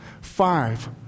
five